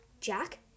Jack